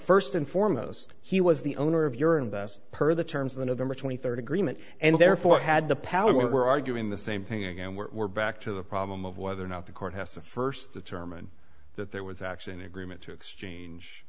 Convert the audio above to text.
first and foremost he was the owner of your investment per the terms of the november twenty third agreement and therefore had the power we were arguing the same thing again we're back to the problem of whether or not the court has to first determine that there was actually an agreement to exchange